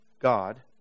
God